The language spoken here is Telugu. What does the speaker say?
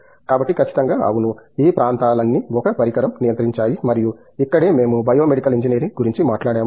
కాబట్టి ఖచ్చితంగా అవును ఈ ప్రాంతాలన్నీ ఒక పరికరం నియంత్రించాయి మరియు ఇక్కడే మేము బయో మెడికల్ ఇంజనీరింగ్ గురించి మాట్లాడాము